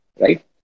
right